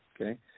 okay